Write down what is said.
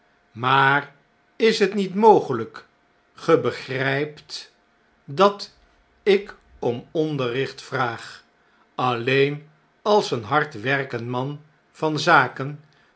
maar is het niet mogelp ge begrjjpt dat ik om onderricht vraag alleen als een hard werkend man van zaken